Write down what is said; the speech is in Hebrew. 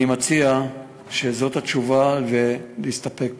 אני מציע, זאת התשובה, ונסתפק פה.